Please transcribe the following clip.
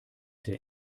der